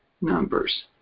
numbers